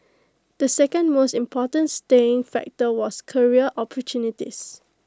the second most important staying factor was career opportunities